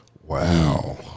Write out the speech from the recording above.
Wow